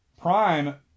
Prime